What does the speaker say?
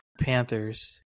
Panthers